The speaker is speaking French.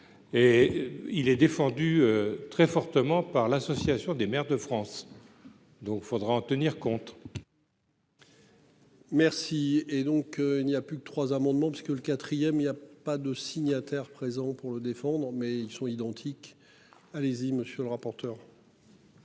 Et il est défendu très fortement par l'Association des maires de France. Donc il faudra en tenir compte. Merci et donc il n'y a plus que trois amendements parce que le quatrième il y a pas de signataires présent pour le défendre mais ils sont identiques. Allez-y monsieur le rapporteur.